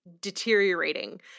deteriorating